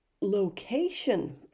location